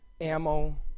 ammo